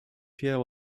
pierre